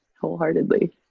wholeheartedly